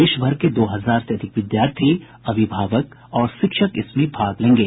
देशभर के दो हजार से अधिक विद्यार्थी अभिभावक और शिक्षक इसमें भाग लेंगे